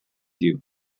you